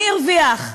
מי הרוויח.